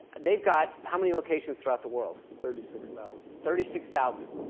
they've got how many locations throughout the world? thirty six thousand. thirty six thousand.